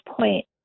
point